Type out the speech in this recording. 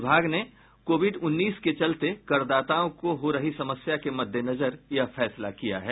विभाग ने कोविड उन्नीस के चलते करदाताओं को हो रही समस्या के मद्देनजर यह फैसला किया है